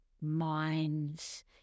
minds